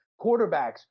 quarterbacks